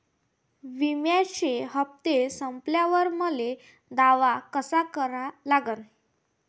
बिम्याचे हप्ते संपल्यावर मले दावा कसा करा लागन?